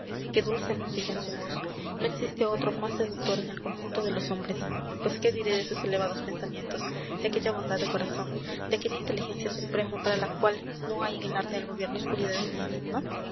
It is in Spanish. qué dulce música en su voz no existe otro más seductor en el conjunto de los hombres pues qué diré de sus elevados pensamientos de aquella bondad de corazón de aquella inteligencia suprema para la cual no hay en el arte del gobierno oscuridades